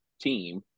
team